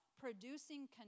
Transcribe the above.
producing